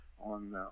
on